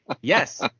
Yes